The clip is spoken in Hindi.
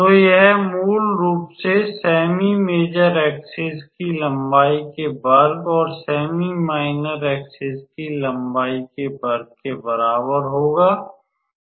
तो यह मूल रूप से सेमी मेजर एक्सिस की लंबाई के वर्ग और सेमी माइनर एक्सिस की लंबाई के वर्ग के बराबर होगा